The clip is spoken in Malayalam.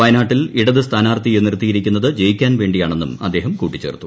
വയനാട്ടിൽ ഇടതു സ്ഥാനാർത്ഥിയെ നിർത്തിയിരിക്കുന്നത് ജയിക്കാൻവേണ്ടിയുട്ടണെന്നും അദ്ദേഹം കൂട്ടിച്ചേർത്തു